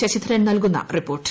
ശശിധരൻ നൽകുന്ന റിപ്പോർട്ട്